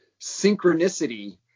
Synchronicity